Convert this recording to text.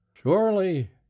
Surely